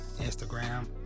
instagram